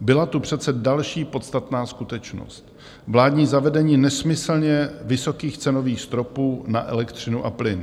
byla tu přece další podstatná skutečnost vládní zavedení nesmyslně vysokých cenových stropů na elektřinu a plyn.